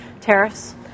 tariffs